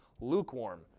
lukewarm